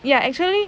ya actually